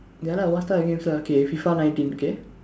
ya lah what type of games lah okay Fifa nineteen okay